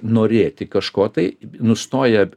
norėti kažko tai nustoja